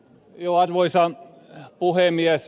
arvoisa puhemies